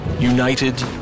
united